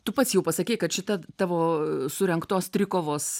tu pats jau pasakei kad šita tavo surengtos trikovos